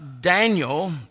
Daniel